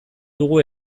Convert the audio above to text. dugu